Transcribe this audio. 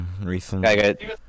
recently